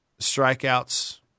strikeouts